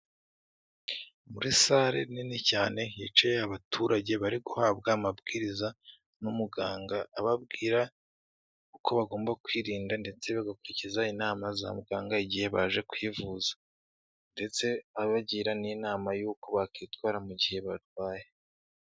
Muri salle nini cyane hicaye abaturage bari guhabwa amabwiriza n'umuganga ababwira uko bagomba kwirinda ndetse bagakurikiza inama za muganga igihe baje kwivuza ndetse abagira n'inama y'uko bakitwara mu gihe barwaye.